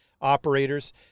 Operators